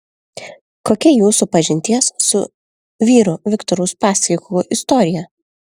kokia jūsų pažinties su vyru viktoru uspaskichu istorija